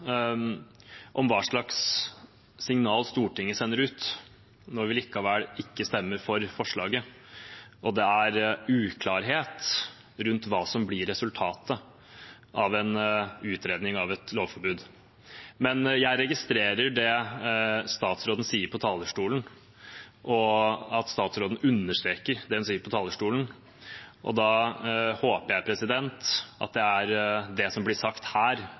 om hva slags signal Stortinget sender ut når vi likevel ikke stemmer for forslaget, og det er uklarhet rundt hva som blir resultatet av en utredning av et lovforbud. Men jeg registrerer det statsråden sier på talerstolen, og at statsråden understreker det hun sier på talerstolen. Da håper jeg at det er det som blir sagt her,